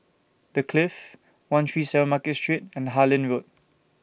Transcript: The Clift one three seven Market Street and Harlyn Road